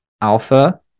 alpha